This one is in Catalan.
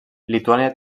lituània